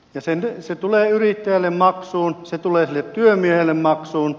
se tulee yrittäjälle maksuun se tulee työmiehelle maksuun